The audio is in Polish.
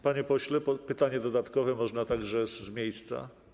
Panie pośle, pytanie dodatkowe można także z miejsca.